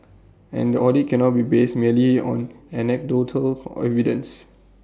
and the audit cannot be based merely on anecdotal evidence